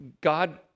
God